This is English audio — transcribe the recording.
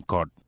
God